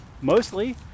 Mostly